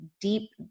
deep